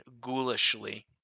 ghoulishly